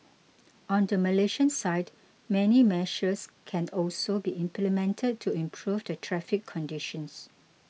on the Malaysian side many measures can also be implemented to improve the traffic conditions